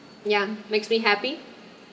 yeah makes me happy